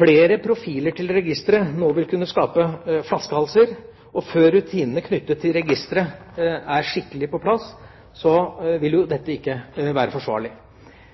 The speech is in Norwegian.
flere profiler til registeret nå vil kunne skape flaskehalser, og før rutinene knyttet til registeret er skikkelig på plass vil dette ikke være forsvarlig.